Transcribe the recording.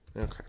Okay